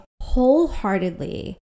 wholeheartedly